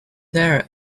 there